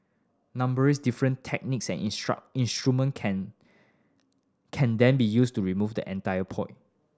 numerous different techniques and instruments can can then be used to remove the entire polyp